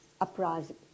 uprising